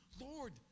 Lord